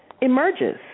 emerges